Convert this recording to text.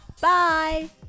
bye